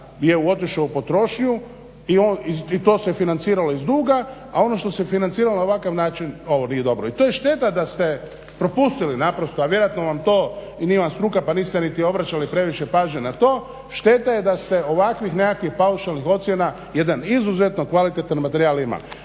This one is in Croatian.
je otišao u potrošnju i to se financiralo iz duga, a ono što se financiralo na ovakav način ovo nije dobro. I to je šteta da ste propustili naprosto, a vjerojatno vam to i nije vam struka pa niste niti obraćali previše pažnje na to, šteta je da ste ovakvih nekakvih paušalnih ocjena jedan izuzetno kvalitetan materijal imali.